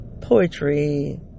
poetry